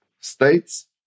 States